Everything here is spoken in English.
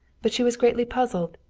but she was greatly puzzled.